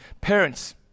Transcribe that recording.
parents